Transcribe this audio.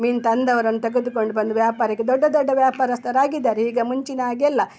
ಮೀನು ತಂದವರನ್ನ ತೆಗೆದು ಕೊಂಡು ಬಂದು ವ್ಯಾಪಾರಕ್ಕೆ ದೊಡ್ಡ ದೊಡ್ಡ ವ್ಯಾಪಾರಸ್ಥರಾಗಿದ್ದಾರೆ ಈಗ ಮುಂಚಿನ ಹಾಗೆಲ್ಲ